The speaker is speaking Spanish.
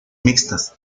mixtas